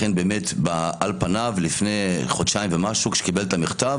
על פניו לפני חודשיים ומשהו כשקיבל את המכתב,